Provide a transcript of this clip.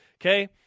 Okay